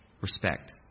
Respect